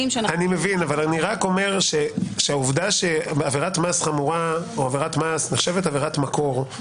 העובדה שעבירת מס חמורה או עבירת מס נחשבת עבירת מקור,